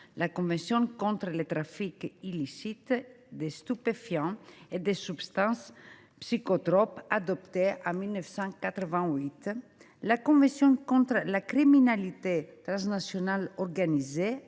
la convention contre le trafic illicite de stupéfiants et de substances psychotropes, adoptée en 1988 ; la convention contre la criminalité transnationale organisée,